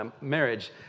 Marriage